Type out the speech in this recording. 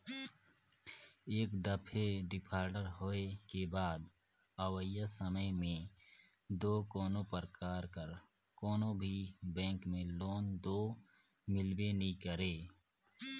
एक दफे डिफाल्टर होए के बाद अवइया समे में दो कोनो परकार कर कोनो भी बेंक में लोन दो मिलबे नी करे